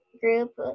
Group